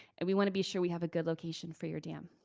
and we wanna be sure we have a good location for your dam.